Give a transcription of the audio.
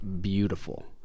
beautiful